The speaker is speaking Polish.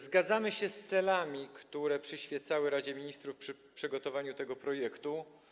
Zgadzamy się z celami, które przyświecały Radzie Ministrów przy przygotowaniu tego projektu.